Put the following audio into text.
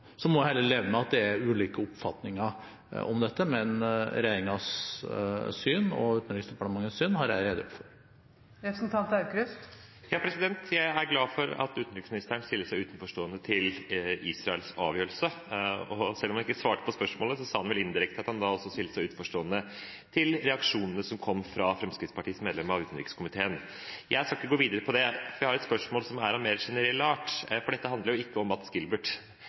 Så må jeg heller leve med at det er ulike oppfatninger om dette, men regjeringens syn og Utenriksdepartementets syn har jeg redegjort for. Jeg er glad for at utenriksministeren stiller seg uforstående til Israels avgjørelse. Selv om han ikke svarte på spørsmålet, sa han vel indirekte at han også stiller seg uforstående til reaksjonene som kom fra Fremskrittspartiets medlem av utenrikskomiteen. Jeg skal ikke gå videre på det. Jeg har et spørsmål som er av mer generell art, for dette handler jo ikke om